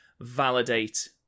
validate